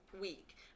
week